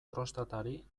prostatari